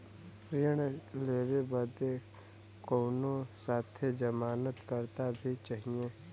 ऋण लेवे बदे कउनो साथे जमानत करता भी चहिए?